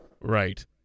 right